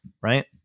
right